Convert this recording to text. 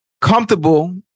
comfortable